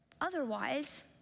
Otherwise